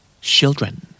children